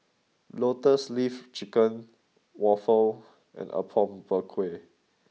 Lotus leaf chicken Waffle and Apom Berkuah